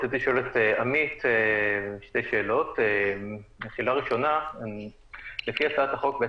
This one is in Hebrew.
רציתי לשאול את עמית שאלות: שאלה ראשונה לפי הצעת החוק,